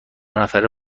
نفره